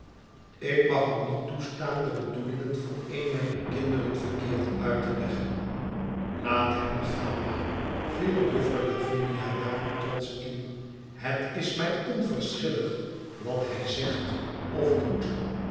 sik mag u niet toestaan de bedoelingen van een mijner kinderen verkeerd uit te leggen laat hem begaan ma viel juffer lavinia daarop trotsch in het is mij onverschillig wat hij zegt of doet